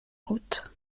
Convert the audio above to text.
route